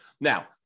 Now